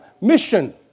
mission